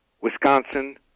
Wisconsin